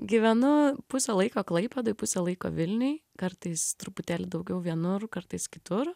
gyvenu pusę laiko klaipėdoj pusę laiko vilniuj kartais truputėlį daugiau vienur kartais kitur